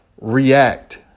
react